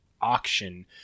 auction